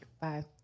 Bye